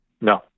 No